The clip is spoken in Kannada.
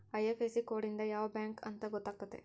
ಐ.ಐಫ್.ಎಸ್.ಸಿ ಕೋಡ್ ಇಂದ ಯಾವ ಬ್ಯಾಂಕ್ ಅಂತ ಗೊತ್ತಾತತೆ